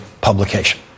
publication